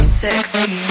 sexy